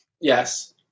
Yes